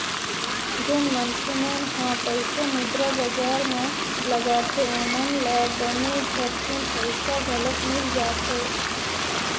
जेन मनखे मन ह पइसा मुद्रा बजार म लगाथे ओमन ल बने झटकून पइसा घलोक मिल जाथे